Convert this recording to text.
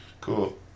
Cool